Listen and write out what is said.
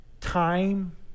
time